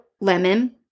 lemon